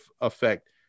effect